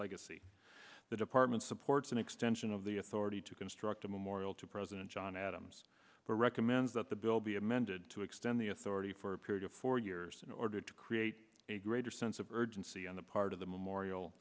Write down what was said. legacy the department supports an extension of the authority to construct a memorial to president john adams recommends that the bill be amended to extend the authority for a period of four years in order to create a greater sense of urgency on the part of the memorial